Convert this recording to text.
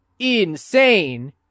insane